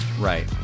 right